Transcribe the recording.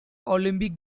olympic